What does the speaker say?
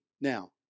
now